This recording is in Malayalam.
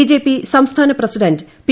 ബിജെപി സംസ്ഥാന പ്രസിഡന്റ് പി